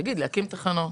תגיד: להקים תחנות.